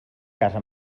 casa